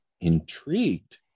intrigued